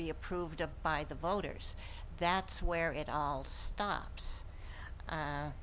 be approved by the voters that's where it all stops a